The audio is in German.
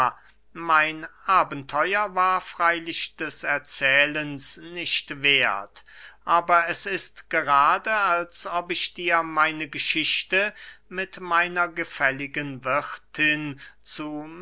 mein abenteuer war freylich des erzählens nicht werth aber es ist gerade als ob ich dir meine geschichte mit meiner gefälligen wirthin zu